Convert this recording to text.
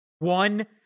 One